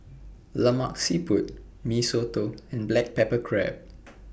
Lemak Siput Mee Soto and Black Pepper Crab